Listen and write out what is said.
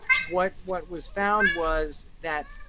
what what was found was that,